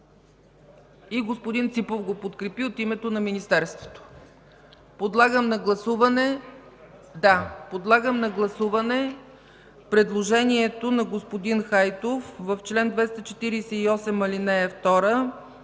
И господин Ципов го подкрепи от името на Министерството. (Реплики.) Подлагам на гласуване предложението на господин Хайтов в чл. 248, ал. 2